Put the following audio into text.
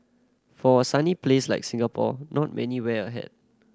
for a sunny place like Singapore not many wear a hat